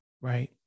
Right